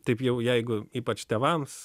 taip jau jeigu ypač tėvams